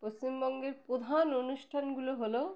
পশ্চিমবঙ্গের প্রধান অনুষ্ঠানগুলো হলো